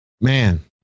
man